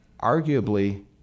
arguably